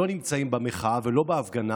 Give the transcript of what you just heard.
לא נמצאים במחאה ולא בהפגנה,